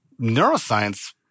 neuroscience